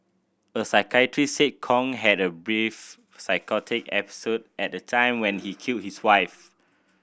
a psychiatrist said Kong had a brief psychotic episode at the time when he killed his wife